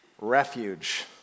refuge